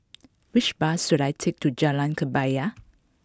which bus should I take to Jalan Kebaya